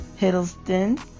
hiddleston